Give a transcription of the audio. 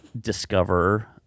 discover